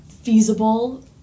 feasible